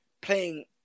playing